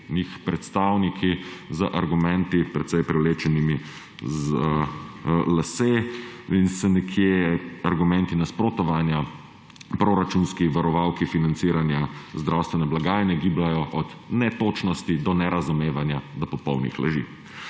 predstavniki s precej za lase privlečenimi argumenti in se nekje argumenti nasprotovanja proračunski varovalki financiranja zdravstvene blagajne gibljejo od netočnosti, nerazumevanja do popolnih laži.